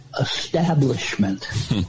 establishment